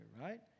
right